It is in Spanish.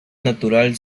natural